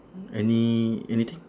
any any thing